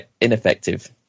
ineffective